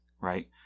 right